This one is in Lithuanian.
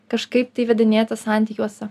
kažkaip tai įvedinėti santykiuose